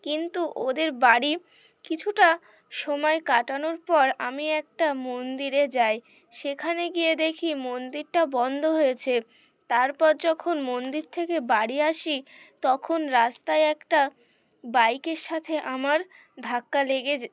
কিন্তু ওদের বাড়ি কিছুটা সময় কাটানোর পর আমি একটা মন্দিরে যাই সেখানে গিয়ে দেখি মন্দিরটা বন্ধ হয়েছে তারপর যখন মন্দির থেকে বাড়ি আসি তখন রাস্তায় একটা বাইকের সাথে আমার ধাক্কা লেগে